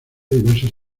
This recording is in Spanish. diversos